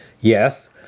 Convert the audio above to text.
yes